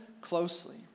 closely